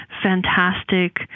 fantastic